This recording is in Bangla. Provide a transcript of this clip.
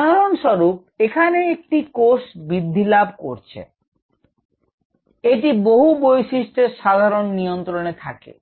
উদাহরণস্বরূপ এখানে একটি কোষ বৃদ্ধিলাভ করছে এটি বহু বৈশিষ্টের সাধারণ নিয়ন্ত্রনে থাকে